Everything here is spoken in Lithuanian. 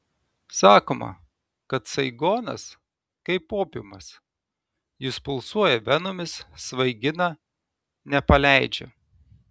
sakoma kad saigonas kaip opiumas jis pulsuoja venomis svaigina nepaleidžia